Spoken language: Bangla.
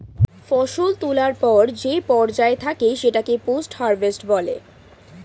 ফসল তোলার পর যে পর্যায় থাকে সেটাকে পোস্ট হারভেস্ট বলে